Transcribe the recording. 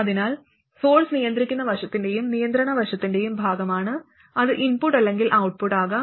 അതിനാൽ സോഴ്സ് നിയന്ത്രിക്കുന്ന വശത്തിന്റെയും നിയന്ത്രണ വശത്തിന്റെയും ഭാഗമാണ് അത് ഇൻപുട്ട് അല്ലെങ്കിൽ ഔട്ട്പുട്ട് ആകാം